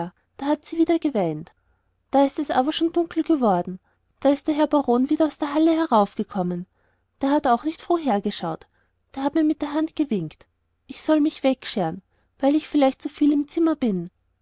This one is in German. da hat sie wieder geweint da ist es aber schon dunkel geworden da ist der herr baron wieder aus der halle heraufgekommen der hat auch nicht froh hergeschaut der hat mir mit der hand gewinkt ich soll mich wegscheren weil ich vielleicht zu viel im zimmer bin